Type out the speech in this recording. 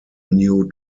new